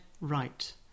right